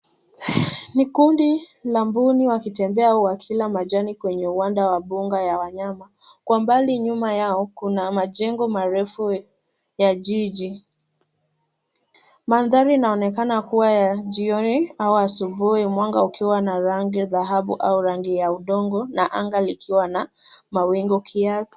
Ni kundi la mbuni wakitembea au wakila majani kwenye uwanja wa mbuga ya wanyama, kwa mbali nyuma yao kuna majengo marefu ya jiji. Mandhari inaonekana kuwa ya jioni au asubuhi mwanga ukiwa na rangi dhahabu au rangi ya udongo na anga likiwa na mawingu kiasi.